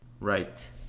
Right